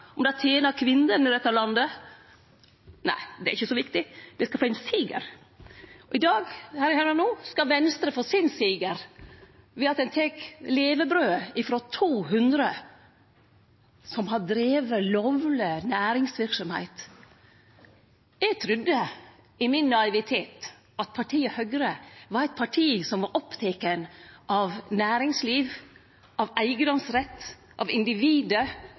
Om det tener kvinnene i dette landet – nei, det er ikkje så viktig; dei skal få ein siger. Og i dag, høyrer me no, skal Venstre få sin siger, ved at ein tek levebrødet frå 200 som har drive lovleg næringsverksemd. Eg trudde, i min naivitet, at partiet Høgre var eit parti som var oppteke av næringsliv, av eigedomsrett, av